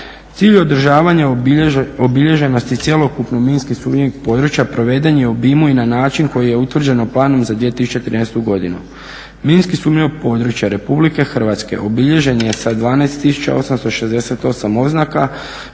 Cilj održavanja obilježenosti cjelokupno minski sumnjivih područja proveden je u obimu i na način koji je utvrđen planom za 2013. godinu. Minski sumnjiva područja Republike Hrvatske obilježen je sa 12868 oznaka